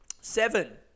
seven